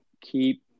keep